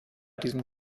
diesem